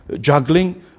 juggling